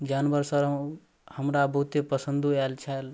जानवरसब हमरा बहुते पसन्दो आएल छल